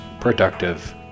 productive